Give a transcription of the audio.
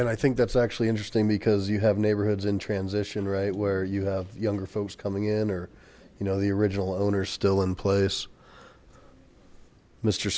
and i think that's actually interesting because you have neighborhoods in transition right where you have younger folks coming in or you know the original owner still in place mr